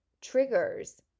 triggers